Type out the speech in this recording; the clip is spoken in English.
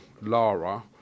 Lara